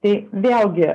tai vėlgi